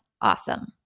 awesome